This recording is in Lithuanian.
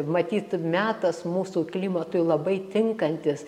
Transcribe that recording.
matyt metas mūsų klimatui labai tinkantis